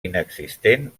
inexistent